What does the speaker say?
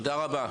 תודה רבה.